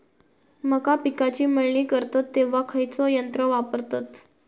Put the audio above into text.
मका पिकाची मळणी करतत तेव्हा खैयचो यंत्र वापरतत?